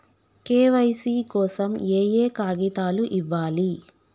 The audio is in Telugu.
కే.వై.సీ కోసం ఏయే కాగితాలు ఇవ్వాలి?